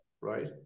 Right